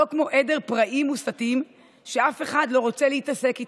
לא כמו עדר פראים מוסתים שאף אחד לא רוצה להתעסק איתם.